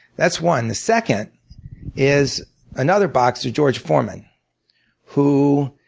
that's one. the second is another boxer, george foreman who